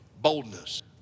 boldness